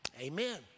Amen